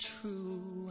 true